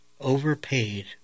overpaid